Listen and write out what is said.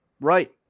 Right